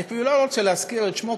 אני אפילו לא רוצה להזכיר את שמו,